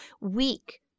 weak